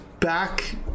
back